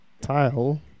tile